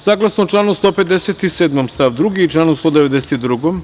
Saglasno članu 157. stav 2. i članu 192.